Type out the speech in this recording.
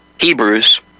Hebrews